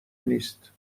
نیست